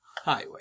Highway